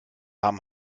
haben